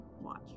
watch